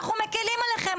אנחנו מקלים עליכם.